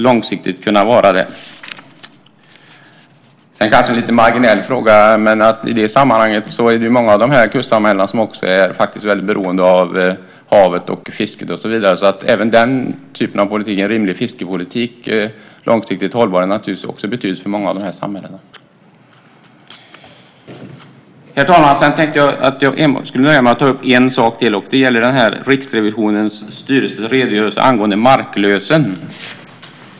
Det är kanske en lite marginell fråga i sammanhanget, men många av kustsamhällena är beroende av havet och fisket. Även en långsiktigt hållbar fiskepolitik har också betydelse för många av dessa samhällen. Herr talman! Jag tänkte nöja mig med att ta upp en sak till. Det gäller Riksrevisionens styrelses redogörelse angående marklösen.